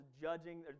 judging